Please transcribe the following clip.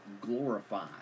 glorified